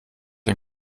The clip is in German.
ein